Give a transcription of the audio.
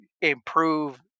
improve